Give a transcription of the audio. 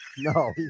No